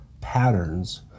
patterns